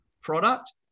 product